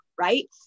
Right